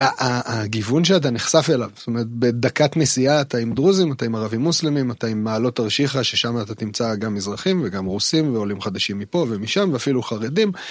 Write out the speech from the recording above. הגיוון שאתה נחשף אליו, זאת אומרת, בדקת נסיעה אתה עם דרוזים, אתה עם ערבים מוסלמים, אתה עם מעלות תרשיחא, ששם אתה תמצא גם מזרחים וגם רוסים ועולים חדשים מפה ומשם ואפילו חרדים.